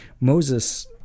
moses